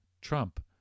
Trump